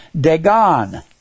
Dagon